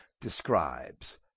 describes